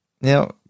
Now